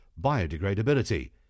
biodegradability